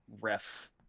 ref